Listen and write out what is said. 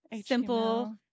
simple